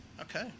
Okay